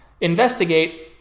investigate